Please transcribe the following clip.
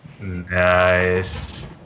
nice